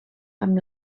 amb